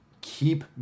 keep